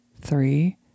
three